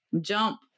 jump